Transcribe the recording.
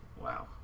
wow